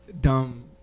dumb